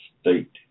state